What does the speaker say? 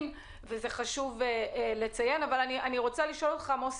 אני רוצה לשאול אותך, מוסי,